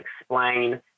explain